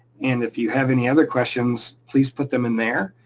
and if you have any other questions, please put them in there.